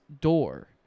door